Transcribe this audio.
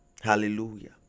Hallelujah